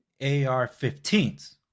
AR-15s